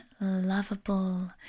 lovable